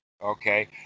Okay